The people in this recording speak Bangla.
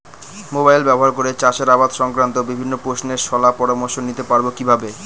মোবাইল ব্যাবহার করে চাষের আবাদ সংক্রান্ত বিভিন্ন প্রশ্নের শলা পরামর্শ নিতে পারবো কিভাবে?